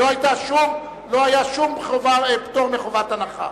לא היה שום פטור מחובת הנחה.